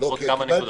מצטברות כמה נקודות.